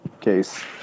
case